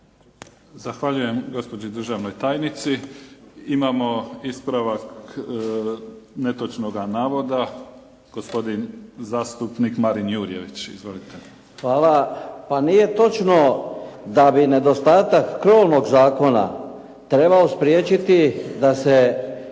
Zahvaljujem gospođi državnoj tajnici. Imamo ispravak netočnoga navoda, gospodin zastupnik Marin Jurjević. Izvolite. **Jurjević, Marin (SDP)** Hvala. Pa nije točno da bi nedostatak krovnog zakona trebao spriječiti da se